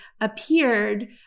appeared